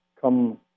come